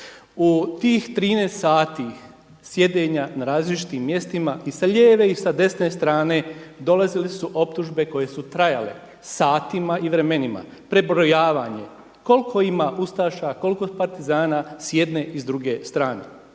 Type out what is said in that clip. U tih 13 sati sjedenja na različitim mjestima i sa lijeve i sa desne strane dolazile su optužbe koje su trajale satima i vremenima, prebrojavanje, koliko ima ustaša, koliko partizana, s jedne i s druge strane.